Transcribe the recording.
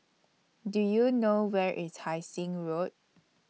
Do YOU know Where IS Hai Sing Road